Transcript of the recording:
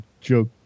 joke